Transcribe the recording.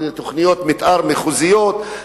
תוכניות מיתאר מחוזיות,